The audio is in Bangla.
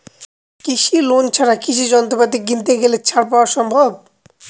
কৃষি লোন ছাড়া কৃষি যন্ত্রপাতি কিনতে গেলে ছাড় পাওয়া সম্ভব?